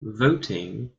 voting